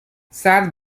saad